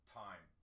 time